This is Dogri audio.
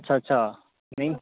अच्छा अच्छा नेईं